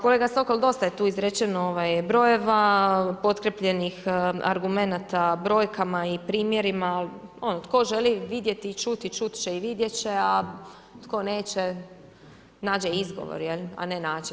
Kolega Sokol, dosta je tu izrečeno brojeva, potkrijepljenih argumenata, brojkama i primjerima, ali ono tko želi vidjeti i čuti, čuti će i vidjeti, a tko neće nađe izgovor a ne način.